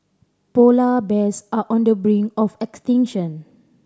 polar bears are on the brink of extinction